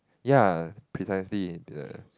ya precisely the